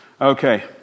Okay